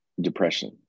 depression